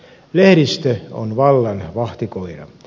lehdistö on vallan vahtikoira